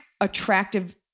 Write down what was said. attractive